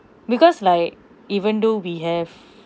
because like even though we have